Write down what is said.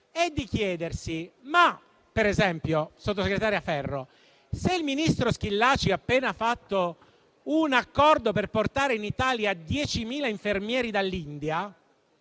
Ferro: se il Ministro Schillaci ha appena fatto un accordo per portare in Italia 10.000 infermieri dall'India,